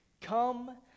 Come